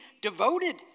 devoted